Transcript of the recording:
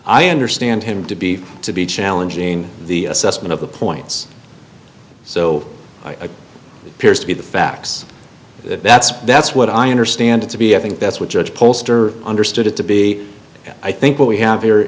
i understand him to be to be challenging the assessment of the points so i appeared to be the facts that's that's what i understand it to be i think that's what judge poster understood it to be i think we have